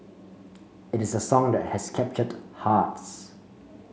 it is a song that has captured hearts